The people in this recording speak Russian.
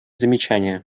замечания